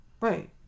Right